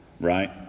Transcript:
right